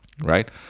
right